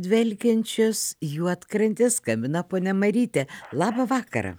dvelkiančios juodkrantės skambina ponia marytė labą vakarą